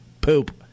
Poop